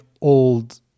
old